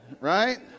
Right